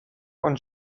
und